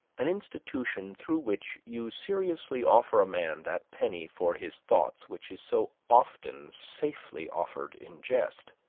an institution through which you seriously offer a man that penny for his thoughts which is so often safely offered in jest.